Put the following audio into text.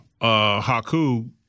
Haku